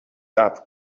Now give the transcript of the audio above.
صبر